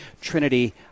Trinity